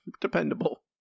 dependable